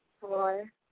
four